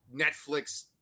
Netflix